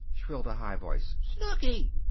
shrilled a high voice. snooky!